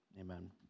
amen